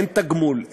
אין תגמול,